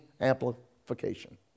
amplification